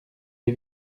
des